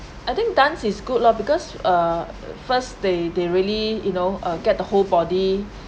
I think dance is good lor because uh first they they really you know uh get the whole body